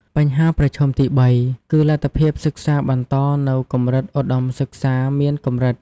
បញ្ហាប្រឈមទី៣ គឺលទ្ធភាពសិក្សាបន្តនៅកម្រិតឧត្ដមសិក្សាមានកម្រិត។